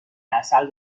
عسل